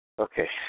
Okay